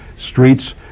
streets